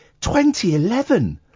2011